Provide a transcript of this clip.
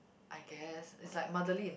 I guess is like motherly